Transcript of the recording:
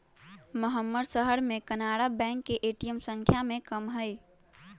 महम्मर शहर में कनारा बैंक के ए.टी.एम संख्या में कम हई